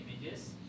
images